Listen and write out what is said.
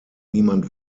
niemand